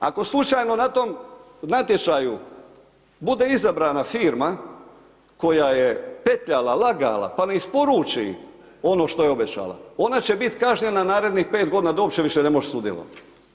Ako slučajno na tom natječaju bude izabrana firma koja je petljala, lagala pa ne isporuči ono što je obećala, ona će bit kažnjena narednih 5 godina da uopće više ne može sudjelovati.